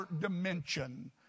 dimension